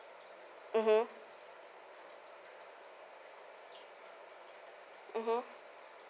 mmhmm